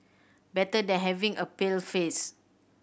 better than having a pale face